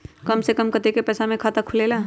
कम से कम कतेइक पैसा में खाता खुलेला?